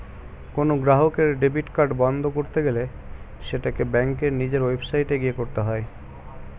কোনো গ্রাহকের debit card বন্ধ করতে গেলে সেটাকে ব্যাঙ্কের নিজের ওয়েবসাইটে গিয়ে করতে হয়ে